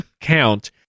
count